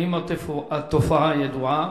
1. האם התופעה ידועה?